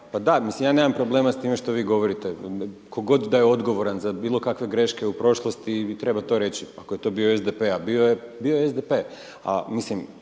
Pa da ja nemam problema s time što vi govorite, tko god da je odgovoran za bilo kakve greške u prošlosti, treba to reći, ako je to bio SDP-a a bio je,